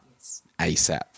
ASAP